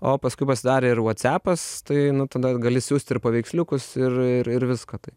o paskui pasidarė ir vuocepas tai nu tada gali siųsti ir paveiksliukus ir ir viską tai